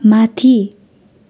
माथि